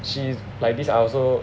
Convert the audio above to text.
if she's like this I also